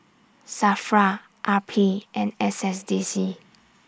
SAFRA R P and S S D C